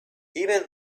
even